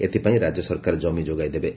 ଏଥିପାଇଁ ରାଜ୍ୟ ସରକାର ଜମି ଯୋଗାଇଦେବେ